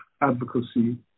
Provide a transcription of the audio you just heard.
advocacy